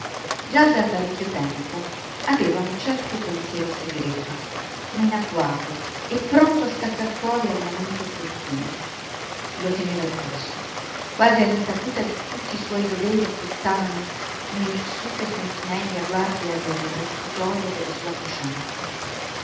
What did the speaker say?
già da parecchio tempo aveva un certo pensiero segreto come in agguato e pronto a scattar fuori al momento opportuno lo teneva riposto quasi all'insaputa di tutti i suoi doveri che stavano come irsute sentinelle a guardia del reclusorio della sua coscienza